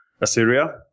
Assyria